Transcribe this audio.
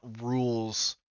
rules